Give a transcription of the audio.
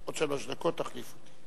עוד שלוש דקות תחליפו.